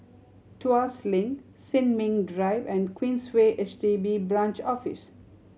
Tuas Link Sin Ming Drive and Queensway H D B Branch Office